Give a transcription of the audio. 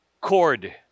cord